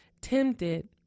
tempted